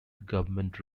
government